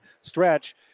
stretch